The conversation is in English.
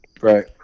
Right